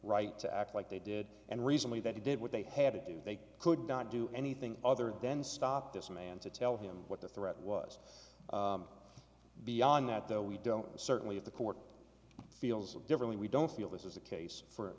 right to act like they did and recently that he did what they had to do they could not do anything other then stop this man to tell him what the threat was beyond that though we don't know certainly if the court feels differently we don't feel this is a case for